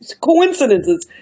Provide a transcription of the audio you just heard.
coincidences